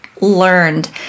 learned